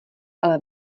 ale